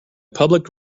public